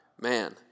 man